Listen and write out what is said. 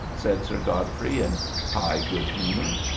said sir godfrey, in high good-humour.